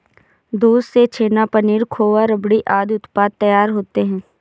दूध से छेना, पनीर, खोआ, रबड़ी आदि उत्पाद तैयार होते हैं